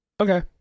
Okay